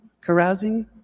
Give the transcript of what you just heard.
carousing